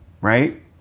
Right